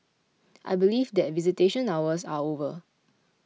I believe that visitation hours are over